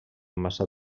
massa